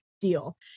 deal